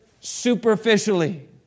superficially